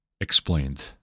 explained